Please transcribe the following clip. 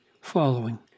following